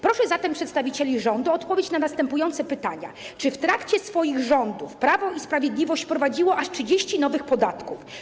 Proszę zatem przedstawicieli rządu o odpowiedź na następujące pytania: Czy w trakcie swoich rządów Prawo i Sprawiedliwość wprowadziło aż 30 nowych podatków?